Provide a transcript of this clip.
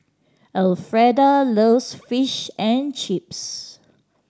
Elfreda loves Fish and Chips